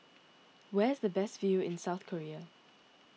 where is the best view in South Korea